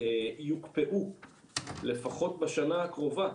יוקפאו לפחות בשנה הקרובה.